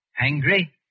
Angry